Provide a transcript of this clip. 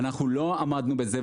אנחנו לא עמדנו בזה,